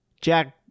Jack